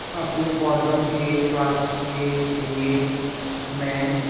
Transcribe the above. अपने पौधों के स्वास्थ्य के लिए मैं